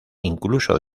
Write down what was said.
incluso